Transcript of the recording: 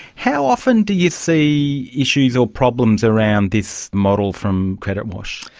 how often do you see issues or problems around this model from credit watch?